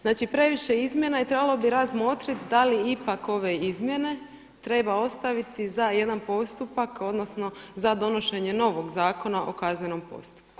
Znači previše je izmjena i trebalo bi razmotriti da li ipak ove izmjene treba ostaviti za jedan postupak, odnosno za donošenje novog Zakona o kaznenom postupku.